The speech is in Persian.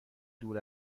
دور